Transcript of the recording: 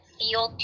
feel